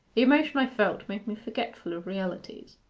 the emotion i felt made me forgetful of realities.